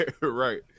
right